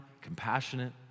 compassionate